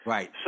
Right